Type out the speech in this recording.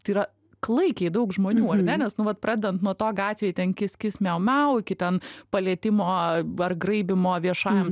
tai yra klaikiai daug žmonių nes nu vat pradedant nuo to gatvėj ten kis kis miau miau iki ten palietimo ar graibymo viešajam